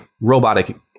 robotic